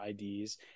IDs